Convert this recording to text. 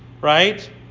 Right